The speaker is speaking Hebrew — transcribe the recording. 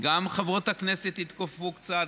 גם חברות הכנסת התכופפו קצת,